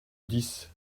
dix